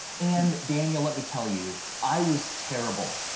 and daniel, let me tell you, i was terrible.